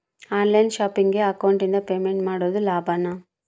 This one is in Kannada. ಆನ್ ಲೈನ್ ಶಾಪಿಂಗಿಗೆ ಅಕೌಂಟಿಂದ ಪೇಮೆಂಟ್ ಮಾಡೋದು ಲಾಭಾನ?